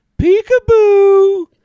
peekaboo